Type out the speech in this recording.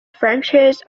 franchise